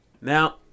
Now